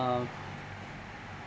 uh